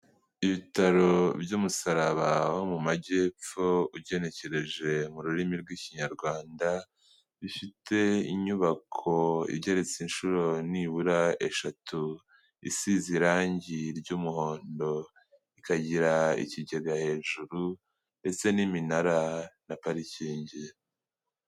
Ibitaro by'umusaraba wo mu majyepfo ugenekereje mu rurimi rw'ikinyarwanda, bifite inyubako igeretse inshuro nibura eshatu, isize irangi ry'umuhondo ikagira ikigega hejuru ndetse n'iminara na parikingi.